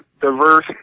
diverse